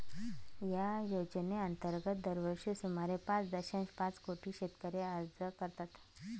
या योजनेअंतर्गत दरवर्षी सुमारे पाच दशांश पाच कोटी शेतकरी अर्ज करतात